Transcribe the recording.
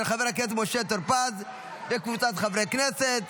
של חבר הכנסת משה טור פז וקבוצת חברי הכנסת.